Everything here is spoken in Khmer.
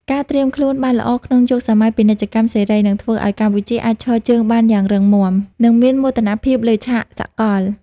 ការត្រៀមខ្លួនបានល្អក្នុងយុគសម័យពាណិជ្ជកម្មសេរី នឹងធ្វើឱ្យកម្ពុជាអាចឈរជើងបានយ៉ាងរឹងមាំ និងមានមោទនភាពលើឆាកសកល។